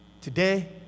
today